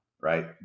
right